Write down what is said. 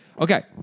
Okay